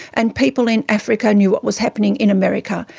and people in africa knew what was happening in america.